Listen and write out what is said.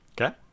okay